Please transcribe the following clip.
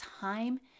time